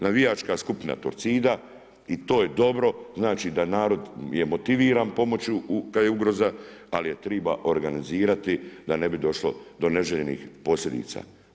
Navijačka skupina Torcida i to je dobro, znači da je narod motiviran pomoću kod ugroza, ali je treba organizirati, da ne bi došlo do neželjenih posljedica.